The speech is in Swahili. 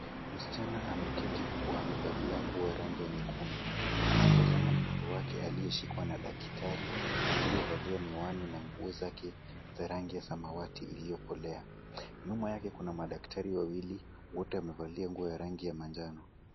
Msichana ameketi huku amevalia nguo ya rangi ya nyekundu. Anamtazama mtoto wake aliyeshikwa na daktari, aliyevalia miwani na nguo zake za rangi ya samawati iliyokolea. Nyuma yake kuna madaktari wawili, wote wamevalia nguo ya rangi ya manjano.